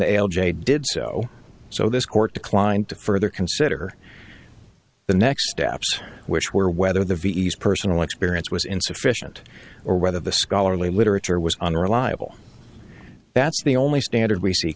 the l j did so so this court declined to further consider the next steps which were whether the ves personal experience was insufficient or whether the scholarly literature was unreliable that's the only standard we see